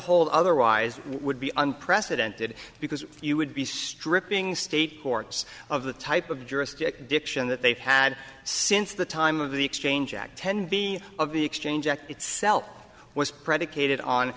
hold otherwise would be unprecedented because you would be stripping state courts of the type of juristic diction that they've had since the time of the exchange act ten b of the exchange act itself was predicated on